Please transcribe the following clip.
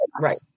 right